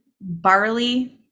barley